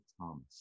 thomas